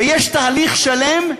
ויש תהליך שלם,